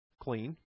clean